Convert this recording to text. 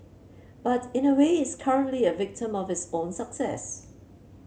but in a way it's currently a victim of its own success